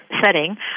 setting